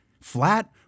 flat